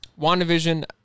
WandaVision